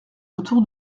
autour